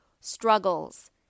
struggles